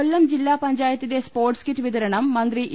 കൊല്ലം ജില്ലാപഞ്ചായത്തിന്റെ sports kit വിതരണം മന്ത്രി ഇ